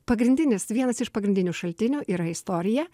pagrindinis vienas iš pagrindinių šaltinių yra istorija